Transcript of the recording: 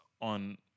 on